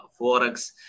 forex